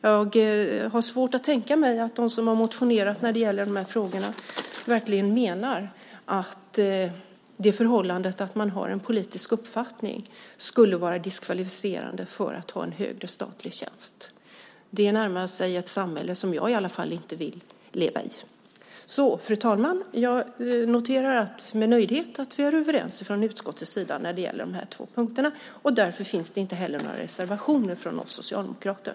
Jag har svårt att tänka mig att de som har motionerat när det gäller de här frågorna verkligen menar att det förhållandet att man har en politisk uppfattning skulle vara diskvalificerande för att ha en högre statlig tjänst. Det närmar sig ett samhälle som i varje fall jag inte vill leva i. Fru talman! Jag noterar att vi är överens från utskottets sida när det gäller de här två punkterna. Därför finns det inte heller några reservationer från oss socialdemokrater.